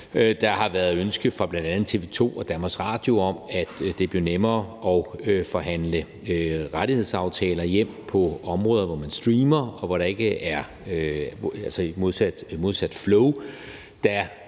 Der har været ønske fra bl.a. TV 2 og DR om, at det blev nemmere at forhandle rettighedsaftaler hjem på områder, hvor man streamer, altså modsat flow.